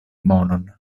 monon